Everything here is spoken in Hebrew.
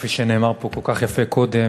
כפי שנאמר פה כל כך יפה קודם,